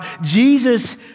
Jesus